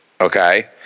Okay